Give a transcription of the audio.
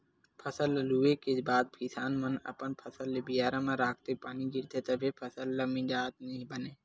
फसल ल लूए के बाद किसान मन अपन फसल ल बियारा म राखथे, पानी गिरथे तभो फसल ल मिजत नइ बनय